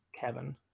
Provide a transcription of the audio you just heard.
Kevin